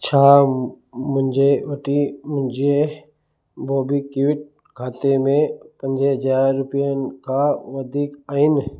छा मूं मुंहिंजे वटि मुंहिंजे बॉबी क्विक खाते में पंज हज़ार रुपियनि खां वधीक आहिनि